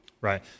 Right